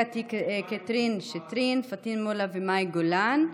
קטי קטרין שטרית, פטין מולא ומאי גולן,